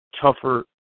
tougher